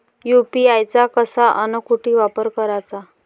UPI चा कसा अन कुटी वापर कराचा?